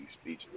speech